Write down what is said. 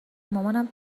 مامانم